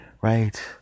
Right